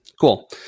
Cool